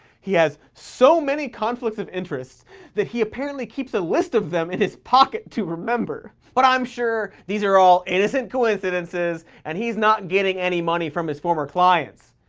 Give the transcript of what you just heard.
he has so many conflicts of interest that he apparently keeps a list of them in his pocket to remember. but i'm sure these are all innocent coincidences and he's not getting any money from his former clients.